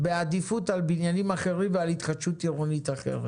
בעדיפות על בניינים אחרים ועל התחדשות אחרת.